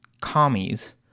commies